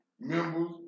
members